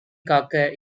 காக்க